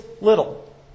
little